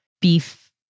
beef